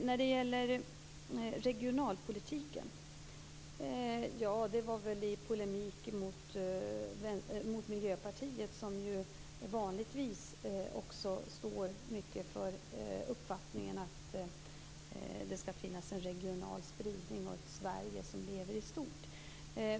När det gäller regionalpolitiken var det jag sade i polemik mot Miljöpartiet, som vanligtvis står mycket för uppfattningen att det skall finnas ett regional spridning och ett Sverige som lever i stort.